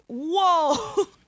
Whoa